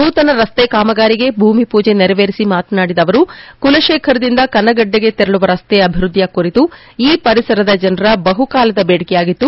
ನೂತನ ರಸ್ತೆ ಕಾಮಗಾರಿಗೆ ಭೂಮಿ ಪೂಜೆ ನೆರವೇರಿಸಿ ಮಾತನಾಡಿದ ಅವರು ಕುಲತೇಖರದಿಂದ ಕನ್ನಗುಡ್ಡೆಗೆ ತೆರಳುವ ರಸ್ತೆ ಅಭಿವೃದ್ಧಿಯ ಕುರಿತು ಈ ಪರಿಸರದ ಜನರ ಬಹುಕಾಲದ ಬೇಡಿಕೆಯಾಗಿತ್ತು